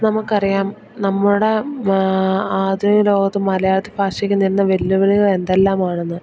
നമുക്കറിയാം നമ്മുടെ ആധുനിക ലോകത്തും മലയാള ഭാഷയ്ക്ക് ഇന്നയിന്ന വെല്ലുവിളികൾ എന്തെല്ലാമാണെന്ന്